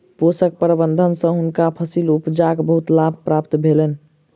पोषक प्रबंधन सँ हुनका फसील उपजाक बहुत लाभ प्राप्त भेलैन